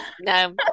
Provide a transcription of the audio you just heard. no